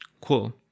cool